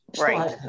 Right